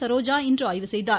சரோஜா இன்று ஆய்வு செய்தார்